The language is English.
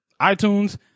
iTunes